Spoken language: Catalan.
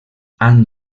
han